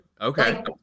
Okay